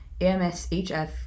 AMSHF